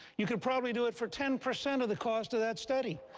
you could probably do it for ten percent of the cost of that study.